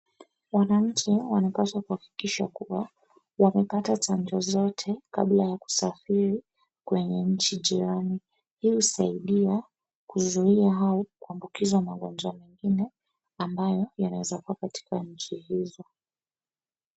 Wananchi wanapaswa kuhakikisha kuwa wamepata chanjo zote kabla ya kusafiri kwenye nchi jirani. Hii husaidisa kuzuia hao kuwambukizwa magonjwa mengine ambayo yanaweza kua katika nchi hizo.